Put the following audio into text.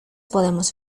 podemos